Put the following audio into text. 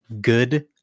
good